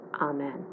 Amen